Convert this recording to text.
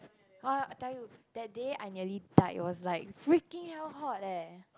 orh I tell you that day I nearly died it was like freaking hell hot eh